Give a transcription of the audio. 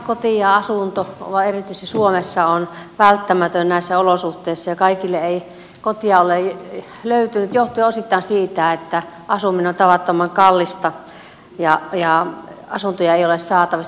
koti ja asunto erityisesti suomessa on välttämätön näissä olosuhteissa ja kaikille ei kotia ole löytynyt johtuen osittain siitä että asuminen on tavattoman kallista ja asuntoja ei ole saatavissa